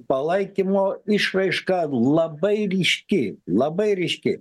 palaikymo išraiška labai ryški labai ryški